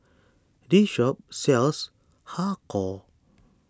this shop sells Har Kow